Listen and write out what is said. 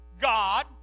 God